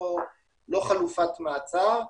לא חלופת מעצר,